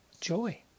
joy